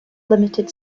limited